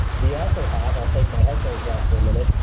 we also have, i'll take my headphones off for a minute,